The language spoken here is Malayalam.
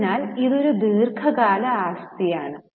അതിനാൽ ഇത് ഒരു ദീർഘകാല ആസ്തിയാണ്